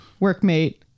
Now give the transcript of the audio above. workmate